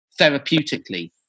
therapeutically